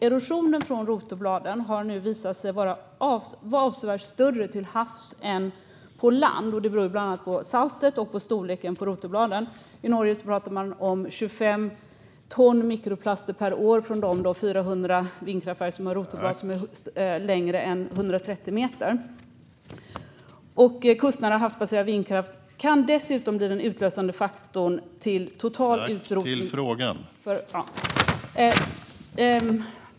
Erosionen från rotorbladen har nu visat sig vara avsevärt större till havs än på land. Det beror bland annat på saltet och storleken på rotorbladen. I Norge talar man om 25 ton mikroplaster per år från de 400 vindkraftverk som har rotorblad som är längre än 130 meter. Kustnära havsbaserad vindkraft kan dessutom bli en utlösande faktor till total utrotning.